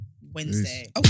Wednesday